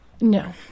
No